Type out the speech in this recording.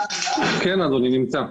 כן, אדוני, נמצא.